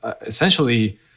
essentially